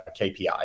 kpi